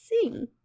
sing